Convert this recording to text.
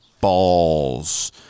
balls